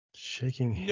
Shaking